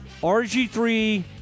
RG3